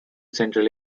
central